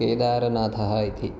केदारनाथः इति